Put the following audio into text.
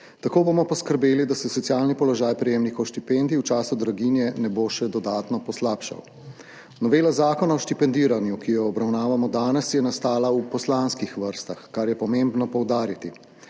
Tako bomo poskrbeli, da se socialni položaj prejemnikov štipendij v času draginje ne bo še dodatno poslabšal. Novela Zakona o štipendiranju, ki jo obravnavamo danes, je nastala v poslanskih vrstah, kar je pomembno poudariti.